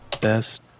best